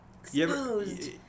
Exposed